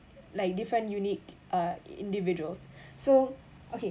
like different unique uh individuals so okay